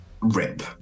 rip